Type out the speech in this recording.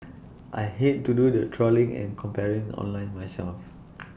I hate to do the trawling and comparing online myself